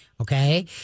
okay